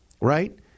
right